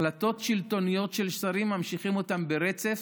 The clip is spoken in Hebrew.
החלטות שלטוניות של שרים שממשיכים אותן ברצף,